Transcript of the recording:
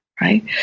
Right